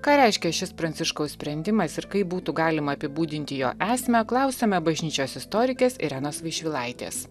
ką reiškia šis pranciškaus sprendimas ir kaip būtų galima apibūdinti jo esmę klausiame bažnyčios istorikės irenos vaišvilaitės